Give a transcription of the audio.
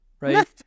Right